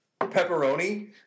pepperoni